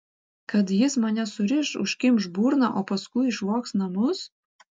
kad jis mane suriš užkimš burną o paskui išvogs namus